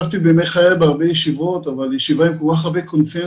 בימי חיי השתתפתי בהרבה ישיבות אבל ישיבה עם כל כך הרבה קונצנזוס,